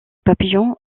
papillons